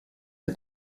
der